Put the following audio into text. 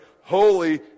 holy